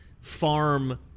farm